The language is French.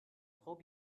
trop